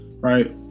right